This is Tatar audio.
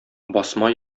басма